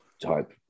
type